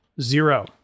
zero